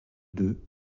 deux